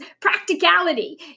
practicality